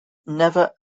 never